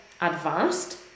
advanced